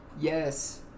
Yes